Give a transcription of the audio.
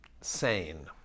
sane